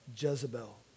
Jezebel